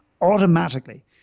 automatically